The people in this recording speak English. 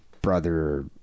brother